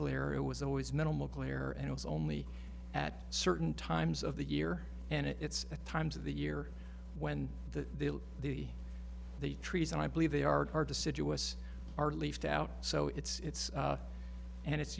glare it was always minimal glare and it was only at certain times of the year and it's at times of the year when the the the trees and i believe they are are deciduous are left out so it's and it's u